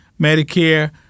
Medicare